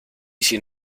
sin